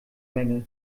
menge